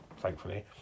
thankfully